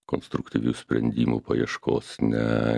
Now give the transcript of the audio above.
konstruktyvių sprendimų paieškos ne